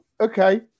okay